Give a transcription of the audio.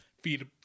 feed